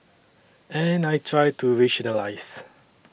and I try to rationalise